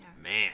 man